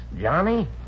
Johnny